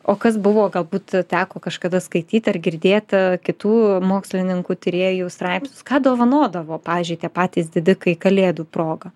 o kas buvo galbūt teko kažkada skaityti ar girdėt a kitų mokslininkų tyrėjų straipsnius ką dovanodavo pavyzdžiui tie patys didikai kalėdų proga